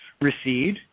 recede